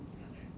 okay